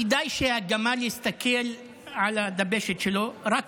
כדאי שהגמל יסתכל על הדבשת שלו: רק